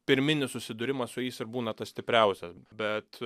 pirminis susidūrimas su jais ir būna tas stipriausias bet